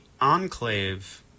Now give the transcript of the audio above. Enclave